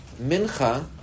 Mincha